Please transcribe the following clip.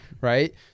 Right